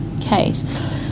case